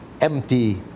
empty